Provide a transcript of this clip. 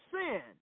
sin